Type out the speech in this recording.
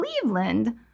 Cleveland